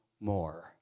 more